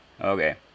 Okay